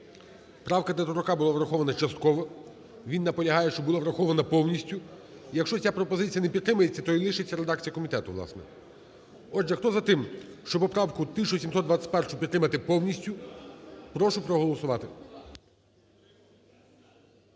правка Тетерука була врахована частково. Він наполягає, щоб була врахована повністю. Якщо ця пропозиція не підтримується, то і лишиться редакція комітету, власне. Отже, хто за тим, щоб поправку 1721 підтримати повністю, прошу проголосувати.